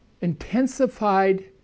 intensified